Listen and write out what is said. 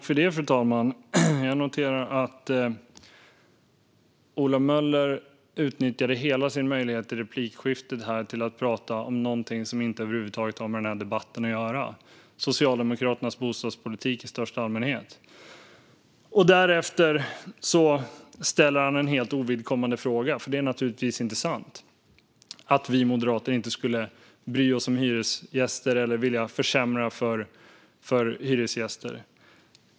Fru talman! Jag noterar att Ola Möller utnyttjade hela replikskiftet till att prata om någonting som inte över huvud taget har med denna debatt att göra - Socialdemokraternas bostadspolitik i största allmänhet. Därefter ställde han en helt ovidkommande fråga. Det är naturligtvis inte sant att vi moderater inte skulle bry oss om hyresgäster eller att vi skulle vilja försämra för hyresgäster.